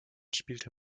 spielte